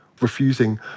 refusing